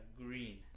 Green